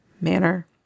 manner